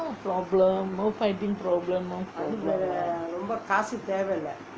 no problem no fighting problem